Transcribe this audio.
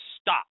stop